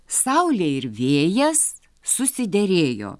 saulė ir vėjas susiderėjo